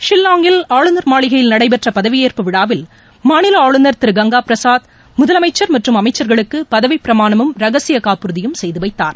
ஷில்லாங்கில் ஆளுநர் மாளிகையில் நடைபெற்ற பதவியேற்பு விழாவில் மாநில ஆளுநர் திரு கங்கா பிரசாத் முதலமைச்சர் மற்றும் அமைச்சர்களுக்கு பதவிப் பிரமாணமும் ரகசிய காப்புறுதியும் செய்து வைத்தார்